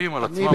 תסריטים על עצמם,